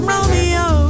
Romeo